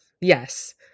yes